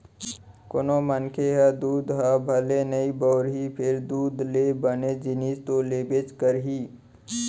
कोनों मनखे ह दूद ह भले नइ बउरही फेर दूद ले बने जिनिस तो लेबेच करही